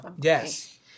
Yes